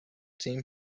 team